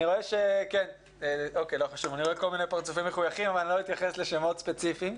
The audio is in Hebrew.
אני רואה פה פרצופים מחויכים ולא אתייחס לשמות ספציפיים.